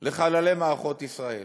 אל חללי מערכות ישראל,